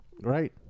Right